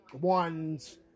ones